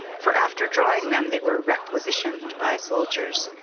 for after draw ing them they were requisitioned by soldiers,